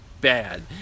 bad